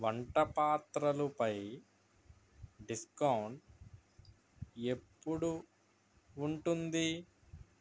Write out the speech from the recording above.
వంటపాత్రలు పై డిస్కౌంట్ ఎప్పుడు ఉంటుంది